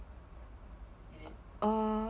err